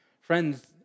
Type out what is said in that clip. Friends